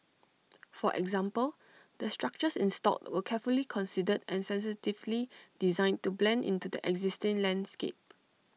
for example the structures installed were carefully considered and sensitively designed to blend into the existing landscape